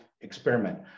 experiment